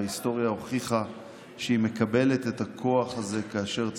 וההיסטוריה הוכיחה שהיא מקבלת את הכוח הזה כאשר צריך,